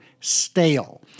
stale